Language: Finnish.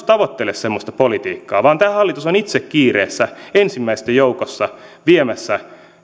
tavoittele semmoista politiikkaa vaan tämä hallitus on itse kiireessä ensimmäisten joukossa viemässä